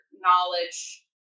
knowledge